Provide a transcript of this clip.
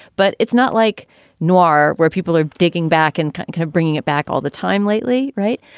but it's not like noir where people are digging back and kind kind of bringing it back all the time lately. right.